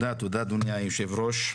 תודה אדוני היו"ר.